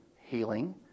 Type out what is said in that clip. healing